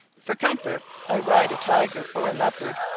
for comfort i ride a tiger or a leopard,